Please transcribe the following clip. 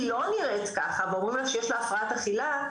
לא נראית ככה ואומרים לה שיש לה הפרעת אכילה,